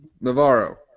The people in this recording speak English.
Navarro